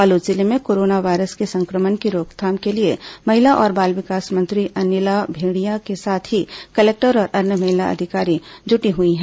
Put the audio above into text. बालोद जिले में corona virus के संक्रमण की रोकथाम के लिए महिला और बाल विकास मंत्री अनिला भेंडिया के साथ ही कलेक्टर और अन्य महिला अधिकारी जुटी हुई हैं